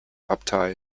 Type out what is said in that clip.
abtei